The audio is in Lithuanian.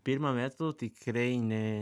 pirmu metu tikrai ne